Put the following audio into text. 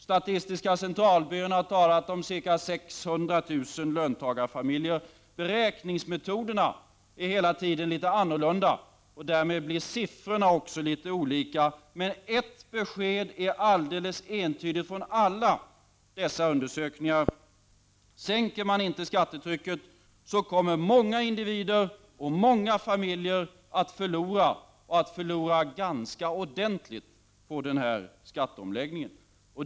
Statistiska centralbyrån anser att det rör sig om ca 600 000 löntagarfamiljer. Beräkningsmetoderna växlar, och siffrorna blir därför också litet olika. Ett besked är dock alldeles entydigt från alla dessa undersökningar: sänks inte skattetrycket, kommer många individer och familjer att förlora ganska ordentligt på skatteomläggningen.